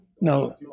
no